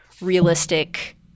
realistic